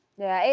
yeah,